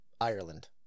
Ireland